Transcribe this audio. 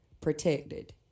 protected